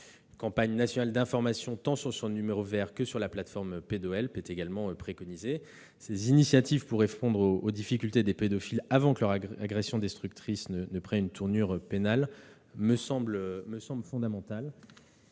Une campagne nationale d'information, tant sur son numéro vert que sur la plateforme PedoHelp, est également préconisée. Ces initiatives me semblent fondamentales pour répondre aux difficultés des pédophiles avant que leur agression destructrice ne prenne une tournure pénale. Toutes